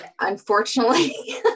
unfortunately